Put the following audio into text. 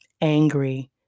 angry